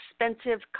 expensive